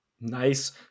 Nice